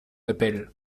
appelle